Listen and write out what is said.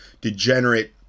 degenerate